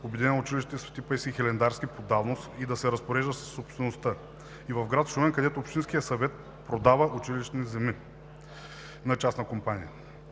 Обединено училище „Св. Паисий Хилендарски“ по давност и да се разпорежда със собствеността, и в град Шумен, където Общинският съвет продава училищни земи на частна компания.